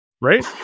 Right